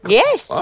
yes